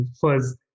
first